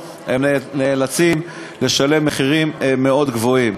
נאלצים לשלם מחירים מאוד גבוהים.